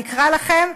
אני אקרא לכם,